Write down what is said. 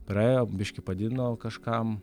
praėjo biškį padidino kažkam